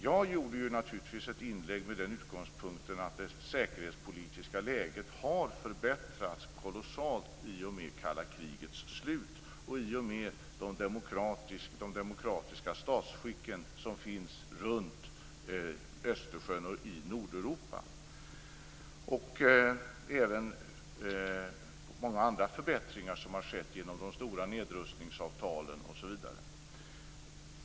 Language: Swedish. Jag gjorde naturligtvis ett inlägg med den utgångspunkten att det säkerhetspolitiska läget har förbättrats kolossalt i och med kalla krigets slut och i och med de demokratiska statsskick som finns runt Östersjön och i Nordeuropa. Även många andra förbättringar har skett genom de stora nedrustningsavtalen osv.